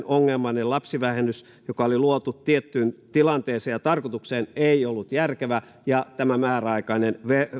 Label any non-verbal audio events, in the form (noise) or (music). (unintelligible) ongelmallinen lapsivähennys joka oli luotu tiettyyn tilanteeseen ja tarkoitukseen ei ollut järkevä ja tämä määräaikainen